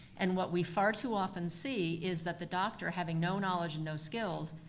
and what we far too often see is that the doctor, having no knowledge and no skills,